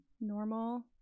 normal